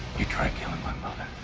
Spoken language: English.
you tried killing my